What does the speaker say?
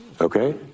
Okay